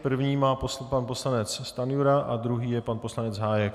První má pan poslanec Stanjura a druhý je pan poslanec Hájek.